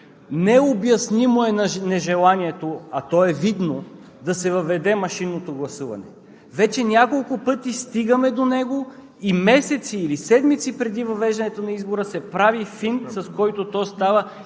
необяснимо е нежеланието, а то е видно, да се въведе машинното гласуване. Вече няколко пъти стигаме до него и месеци или седмици преди въвеждането на избора се прави финт, с който то става